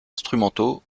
instrumentaux